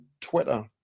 Twitter